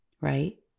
right